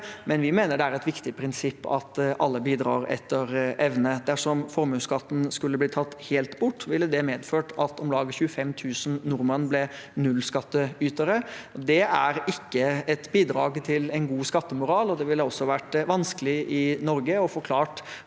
men vi mener det er et viktig prinsipp at alle bidrar etter evne. Dersom formuesskatten skulle bli tatt helt bort, ville det medført at om lag 25 000 nordmenn ble nullskatteytere. Det er ikke et bidrag til en god skattemoral, og det ville også vært vanskelig i Norge å forklare